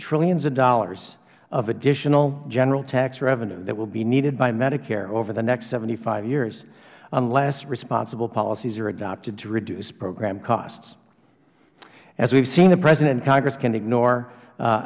trillions of dollars of additional general tax revenue that will be needed by medicare over the next hyears unless responsible policies are adopted to reduce program costs as we've seen the president and congress can ignore a